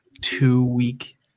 two-week